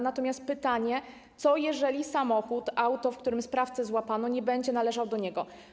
Natomiast są pytania: Co będzie jeżeli samochód, auto, w którym sprawcę złapano, nie będzie należał do niego?